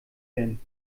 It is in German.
werden